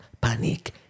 Panic